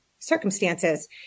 circumstances